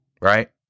Right